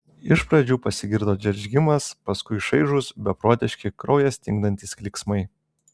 iš pradžių pasigirdo džeržgimas paskui šaižūs beprotiški kraują stingdantys klyksmai